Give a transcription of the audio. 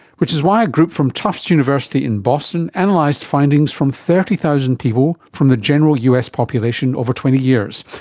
which is why a group from tufts university in boston analysed and like findings from thirty thousand people from the general us population over twenty years,